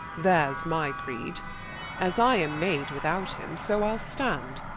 there's my creede as i am made without him, so ile stand,